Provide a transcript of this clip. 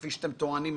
כפי שאתם טוענים,